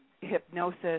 hypnosis